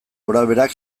gorabeherak